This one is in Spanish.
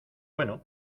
bueno